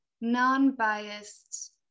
non-biased